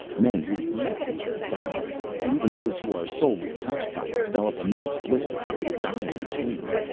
men who breathe the air die, and even those who are solely touched by it develop immense blisters and die in pain.